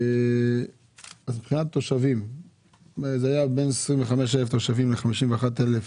אז מבחינת התושבים זה היה בין 25,000 תושבים ל-51,000